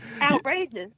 Outrageous